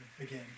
again